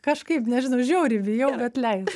kažkaip nežinau žiauriai bijau bet lei